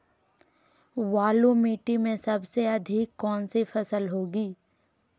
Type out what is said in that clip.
बालू मिट्टी में सबसे अधिक कौन सी फसल होगी?